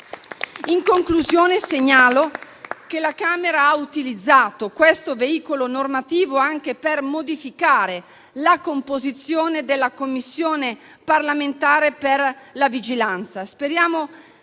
In conclusione, segnalo che la Camera dei deputati ha utilizzato questo veicolo normativo anche per modificare la composizione della Commissione parlamentare per l'indirizzo